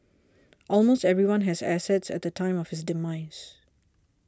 almost everyone has assets at the time of his demise